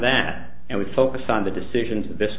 that and we focus on the decisions of this